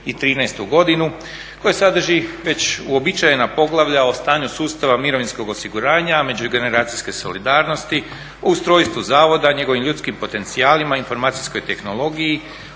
2013. godinu koje sadrži već uobičajena poglavlja o stanju sustava mirovinskog osiguranja, međugeneracijske solidarnosti, o ustrojstvu zavoda, njegovim ljudskim potencijalima, informacijskoj tehnologiji,